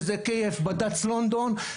שזה KF בד"צ לונדון,